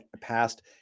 passed